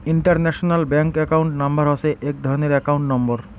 international bank account number হসে এক ধরণের একাউন্ট নম্বর